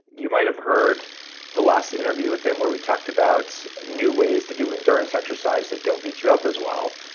you might've heard the last interview with him where we talked about new ways to do endurance exercise that don't beat you up as well.